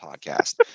podcast